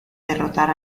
derrotar